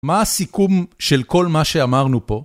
מה הסיכום של כל מה שאמרנו פה?